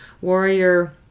warrior